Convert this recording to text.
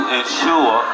ensure